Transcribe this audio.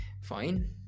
fine